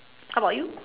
how about you